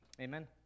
Amen